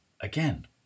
again